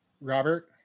Robert